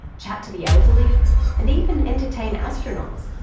chat to the elderly and even entertain astronauts.